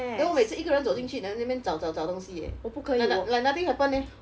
then 我每次一个人走进去 then 在那边找找找东西 leh like like like nothing happen leh